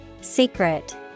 Secret